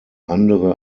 andere